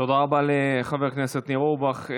תודה רבה לחבר הכנסת ניר אורבך.